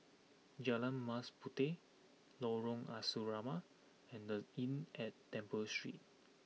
Jalan Mas Puteh Lorong Asrama and The Inn at Temple Street